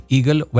Eagle